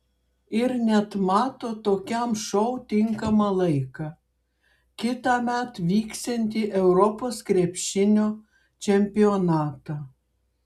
ir net mato tokiam šou tinkamą laiką kitąmet vyksiantį europos krepšinio čempionatą